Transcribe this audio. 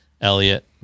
Elliot